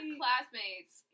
classmates